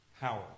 power